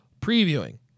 previewing